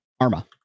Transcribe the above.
Arma